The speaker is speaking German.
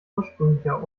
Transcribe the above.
ursprünglicher